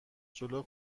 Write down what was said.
جلو